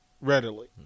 readily